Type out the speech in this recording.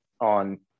on